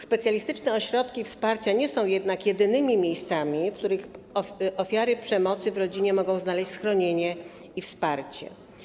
Specjalistyczne ośrodki wsparcia nie są jednak jedynymi miejscami, w których ofiary przemocy w rodzinie mogą znaleźć schronienie i wsparcie.